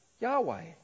Yahweh